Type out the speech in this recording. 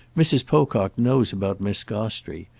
mrs. pocock knows about miss gostrey.